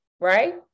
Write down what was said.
right